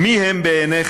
מי הם בעיניך,